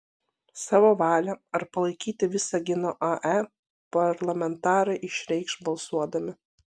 savo valią ar palaikyti visagino ae parlamentarai išreikš balsuodami